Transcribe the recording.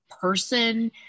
person